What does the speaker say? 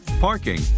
parking